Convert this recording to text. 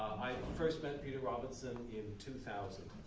i first met peter robinson in two thousand.